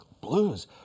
blues